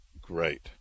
Great